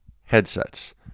headsets